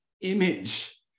image